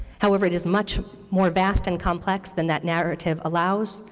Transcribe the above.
however, it is much more vast and complex than that narrative allows.